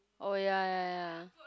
oh ya ya ya